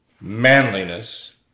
manliness